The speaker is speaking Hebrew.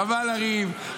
חבל לריב.